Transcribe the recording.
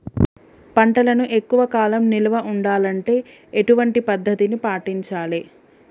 పంటలను ఎక్కువ కాలం నిల్వ ఉండాలంటే ఎటువంటి పద్ధతిని పాటించాలే?